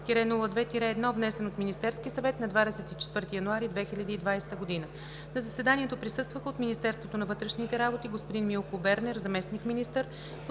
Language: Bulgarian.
002-02-1, внесен от Министерския съвет нa 24 януари 2020 г. На заседанието присъстваха от Министерството на вътрешните работи: господин Милко Бернер – заместник-министър,